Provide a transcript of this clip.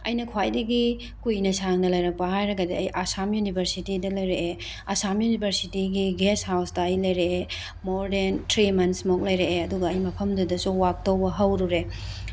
ꯑꯩꯅ ꯈ꯭ꯋꯥꯏꯗꯒꯤ ꯀꯨꯏꯅ ꯁꯥꯡꯅ ꯂꯩꯔꯛꯄ ꯍꯥꯏꯔꯒꯗꯤ ꯑꯩ ꯑꯁꯥꯝ ꯌꯨꯅꯤꯚꯔꯁꯤꯇꯤꯗ ꯂꯩꯔꯛꯑꯦ ꯑꯁꯥꯝ ꯌꯨꯅꯤꯚꯔꯁꯤꯇꯤꯒꯤ ꯒꯦꯁꯠ ꯍꯥꯎꯁꯇ ꯑꯩ ꯂꯩꯔꯛꯑꯦ ꯃꯣꯔ ꯗꯦꯟ ꯊ꯭ꯔꯤ ꯃꯣꯟꯊꯁ ꯃꯨꯛ ꯂꯩꯔꯛꯑꯦ ꯑꯗꯨꯒ ꯑꯩ ꯃꯐꯝꯗꯨꯗꯁꯨ ꯋꯥꯔꯛ ꯇꯧꯕ ꯍꯧꯔꯨꯔꯦ